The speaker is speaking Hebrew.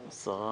השני.